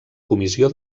comissió